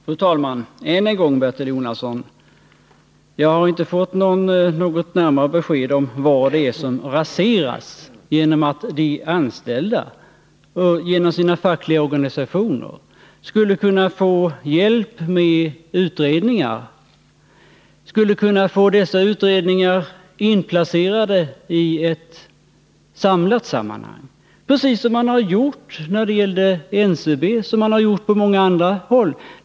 Fru talman! Än en gång, Bertil Jonasson: Jag har inte fått något närmare besked om vad det är som raseras, om de anställda genom sina fackliga organisationer skulle kunna få hjälp med utredningar och få dessa utredningar inplacerade i ett övergripande sammanhang, precis som man har gjort när det gällde NCB och i många andra fall.